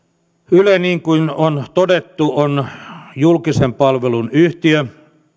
yle niin kuin on todettu on julkisen palvelun yhtiö